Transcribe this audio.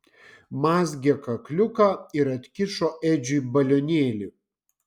mazgė kakliuką ir atkišo edžiui balionėlį